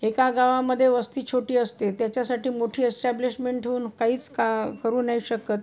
एका गावामध्ये वस्ती छोटी असते त्याच्यासाठी मोठी एस्टॅब्लिशमेंट ठेवून काहीच का करू नाही शकत